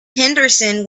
henderson